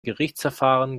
gerichtsverfahren